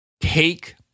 Take